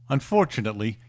Unfortunately